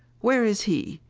where is he?